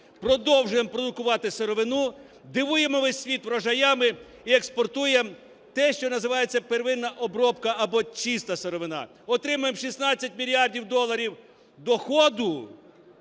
Продовжуємо продукувати сировину, дивуємо весь світ врожаями і експортуємо те, що називається первинна обробка або чиста сировина. Отримуємо 16 мільярдів доларів доходу